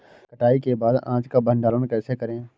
कटाई के बाद अनाज का भंडारण कैसे करें?